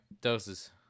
Doses